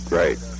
great